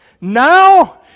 Now